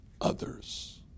others